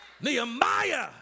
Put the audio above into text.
Nehemiah